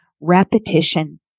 repetition